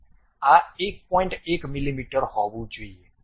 1 મીમી હોવું જોઈએ